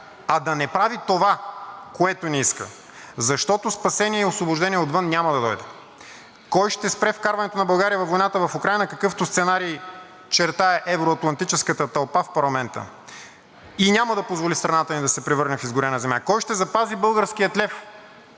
а да не прави това, което не иска, защото спасение и освобождение отвън няма да дойде. Кой ще спре вкарването на България във войната с Украйна, какъвто сценарий чертае евро-атлантическата тълпа в парламента, и няма да позволи страната ни да се превърне в изгорена земя? Кой ще запази българския лев